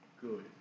good